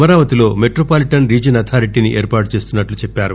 అమరావతిలో metropolitan region అథారిటీని ఏర్పాట్లు చేస్తున్నట్లు చెప్పారు